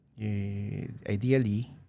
ideally